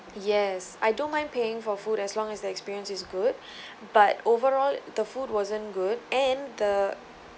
yes I don't mind paying for food as long as the experience is good but overall the food wasn't good and the